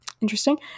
Interesting